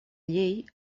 llei